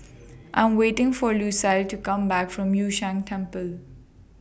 I Am waiting For Lucile to Come Back from Yun Shan Temple